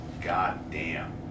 goddamn